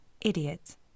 Idiots